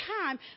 time